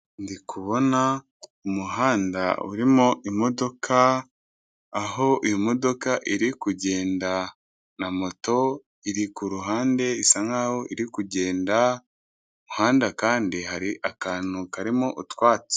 Ndi kubona umuhanda urimo imodoka, aho iyo modoka iri kugenda na moto iri ku ruhande isa nkaho iri kugenda, mu muhanda kandi hari akantu karimo utwatsi.